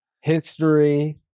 history